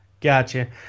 Gotcha